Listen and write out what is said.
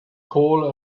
coal